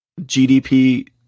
GDP